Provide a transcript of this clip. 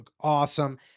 awesome